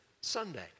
Sunday